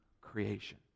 creation